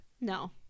No